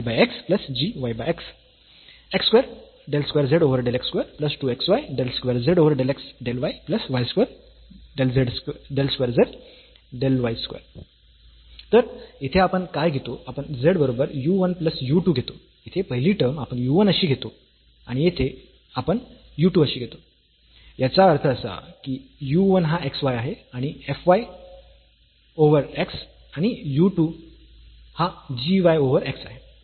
तर येथे आपण काय घेतो आपण z बरोबर u 1 प्लस u 2 घेतो येथे पहिली टर्म आपण u 1 अशी घेतो आणि येथे आपण u 2 अशी घेतो याचा अर्थ असा की u 1 हा x y आहे आणि f y ओव्हर x आणि u 2 हा g y ओव्हर x आहे